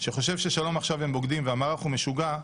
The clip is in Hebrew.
שחושב ש"שלום עכשיו" הם בוגדים והמערך הוא משוגע,